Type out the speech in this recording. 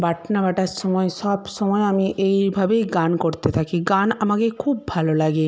বাটনা বাটার সময় সব সময় আমি এইভাবেই গান করতে থাকি গান আমাকে খুব ভালো লাগে